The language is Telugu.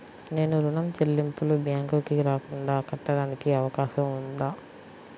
నేను ఋణం చెల్లింపులు బ్యాంకుకి రాకుండా కట్టడానికి అవకాశం ఉందా?